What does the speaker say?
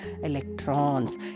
electrons